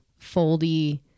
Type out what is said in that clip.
foldy